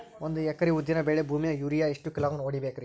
ಒಂದ್ ಎಕರಿ ಉದ್ದಿನ ಬೇಳಿ ಭೂಮಿಗ ಯೋರಿಯ ಎಷ್ಟ ಕಿಲೋಗ್ರಾಂ ಹೊಡೀಬೇಕ್ರಿ?